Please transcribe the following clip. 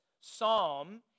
psalm